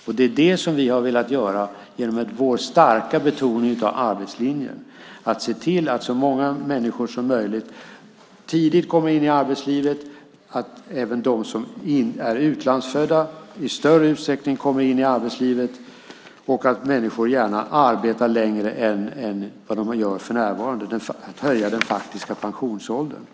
Vi har försökt värna systemet genom vår starka betoning av arbetslinjen - att se till att så många människor som möjligt tidigt kommer in i arbetslivet, att de som är utlandsfödda i större utsträckning kommer in i arbetslivet och att människor gärna arbetar längre än vad de gör för närvarande så att den faktiska pensionsåldern höjs.